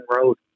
road